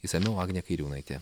išsamiau agnė kairiūnaitė